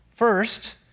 First